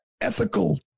ethical